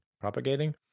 propagating